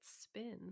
spin